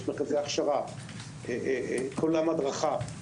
יש מרכזי הכשרה; כל עולם ההדרכה.